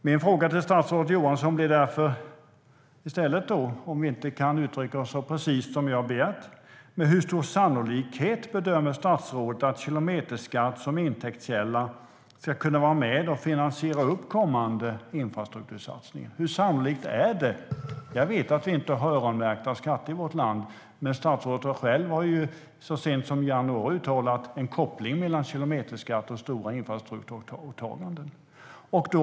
Min fråga till statsrådet Johansson blir därför, om det inte går att uttrycka sig så precist som jag har begärt: Med hur stor sannolikhet bedömer statsrådet att kilometerskatt som intäktskälla ska kunna vara med och finansiera kommande infrastruktursatsningar? Jag vet att vi inte har öronmärkta skatter i vårt land, men statsrådet själv har ju så sent som i januari uttalat att det finns en koppling mellan kilometerskatt och stora infrastrukturåtaganden.